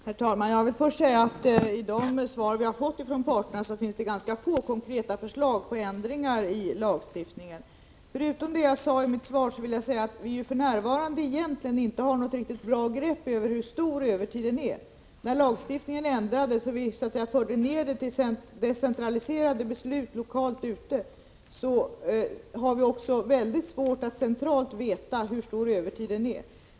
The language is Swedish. Herr talman! Jag vill först säga att det i de svar vi har fått från parterna finns ganska få konkreta förslag om ändringar i lagstiftningen. Förutom det jag sade i mitt svar vill jag säga att vi för närvarande egentligen inte har något riktigt bra grepp om hur stor övertiden är. Sedan lagstiftningen ändrades och vi förde ned detta till decentraliserade beslut på lokal nivå har vi centralt mycket svårt att veta hur stor övertiden är.